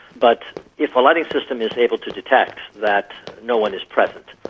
but if a lighting system is able to detect that no one is present,